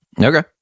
Okay